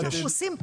מה שהוועדה